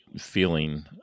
feeling